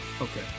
Okay